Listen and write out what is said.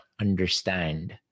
understand